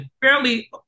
fairly